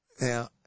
Now